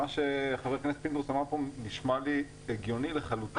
מה שחבר הכנסת פינדרוס נשמע לי הגיוני לחלוטין.